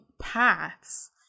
paths